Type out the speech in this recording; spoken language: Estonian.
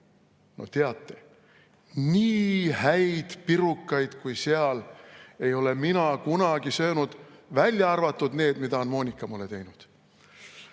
No teate, nii häid pirukaid kui seal ei ole mina kunagi söönud, välja arvatud need, mida on Moonika mulle teinud.